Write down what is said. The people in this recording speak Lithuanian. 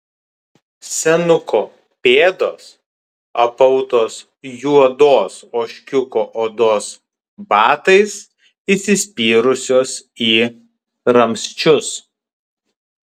senuko pėdos apautos juodos ožkiuko odos batais įsispyrusios į ramsčius